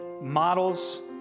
models